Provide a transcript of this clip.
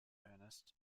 ernst